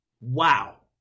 wow